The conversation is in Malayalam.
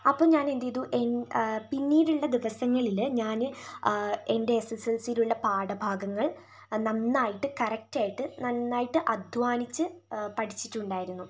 അപ്പോൾ ഞാൻ എന്തു ചെയ്തു പിന്നീടുള്ള ദിവസങ്ങളിൽ ഞാൻ എൻറ്റെ എസ് എസ് എൽസിയിലുള്ള പാഠഭാഗങ്ങൾ നന്നായിട്ടു കറക്റ്റായിട്ട് നന്നായിട്ട് അധ്വാനിച്ച് പഠിച്ചിട്ടുണ്ടായിരുന്നു